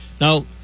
now